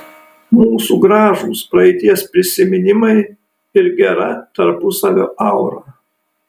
mūsų gražūs praeities prisiminimai ir gera tarpusavio aura